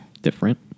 Different